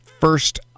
first